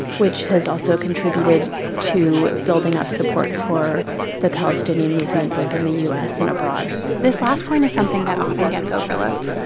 which has also contributed to building up support for the palestinian movement both in the u s. and abroad this last point is something that often gets overlooked.